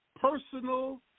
personal